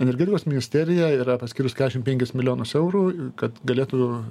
energetikos ministerija yra paskyrus kešim penkis milijonus eurų kad galėtų